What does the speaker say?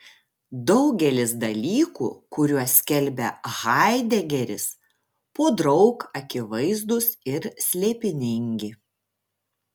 daugelis dalykų kuriuos skelbia haidegeris podraug akivaizdūs ir slėpiningi